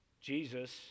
Jesus